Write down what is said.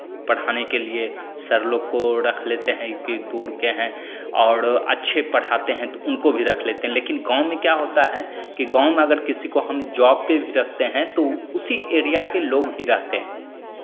पढ़ाने के लिए सर लोग को रख लेते हैं कि दूर के हैं और अच्छे पढ़ाते हैं तो उनको भी रख लेते हैं लेकिन गाँव में क्या होता है कि गाँव में अगर किसी को हम जॉब पे भी रखते हैं तो उसी एरिया के लोग ही रहते हैं